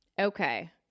Okay